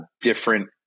different